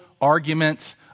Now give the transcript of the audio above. arguments